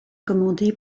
commander